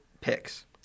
picks